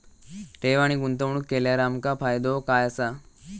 ठेव आणि गुंतवणूक केल्यार आमका फायदो काय आसा?